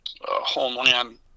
homeland